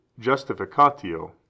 justificatio